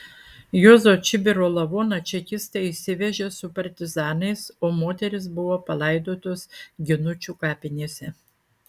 juozo čibiro lavoną čekistai išsivežė su partizanais o moterys buvo palaidotos ginučių kapinėse